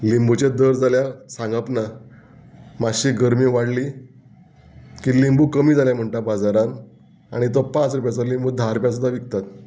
लिंबूचें दर जाल्यार सांगत ना मातशी गरमी वाडली की लिंबू कमी जाले म्हणटा बाजारांत आनी तो पांच रुपयाचो लिंबू धा रुपयान सुद्दां विकतात